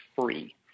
free